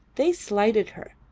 they slighted her.